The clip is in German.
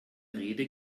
rede